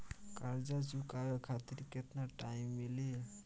कर्जा चुकावे खातिर केतना टाइम मिली?